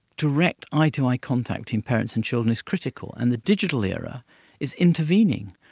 direct eye-to-eye contact in parents and children is critical, and the digital era is intervening,